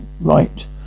Right